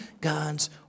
God's